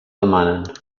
demanen